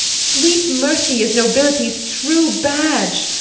sweet mercy is nobility's true badge.